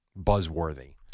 buzzworthy